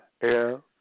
air